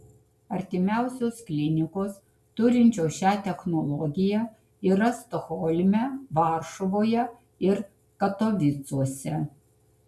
artimiausios klinikos turinčios šią technologiją yra stokholme varšuvoje ir katovicuose